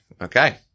okay